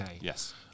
Yes